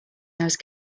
those